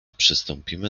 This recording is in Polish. przystąpimy